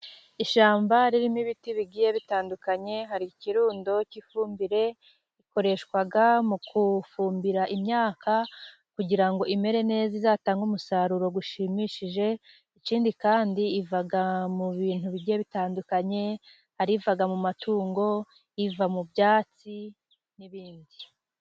Ishyamba ririmo ibiti bigiye bitandukanye, har'ikirundo cy'ifumbire ikoreshwa mu gufumbira imyaka kugira ngo imere neza izatange umusaruro ushimishije, ikindi kandi iva mu bintu bigiye bitandukanye, har'iva mu matungo, iva mu byatsi n'ibindi.